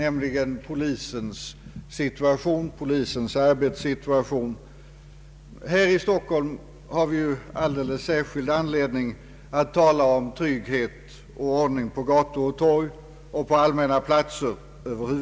Jag avser frågan om polisens arbetssituation. Här i Stockholm har vi alldeles särskild anledning att tala om trygghet och ordning på gator och torg och andra allmänna platser.